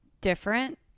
different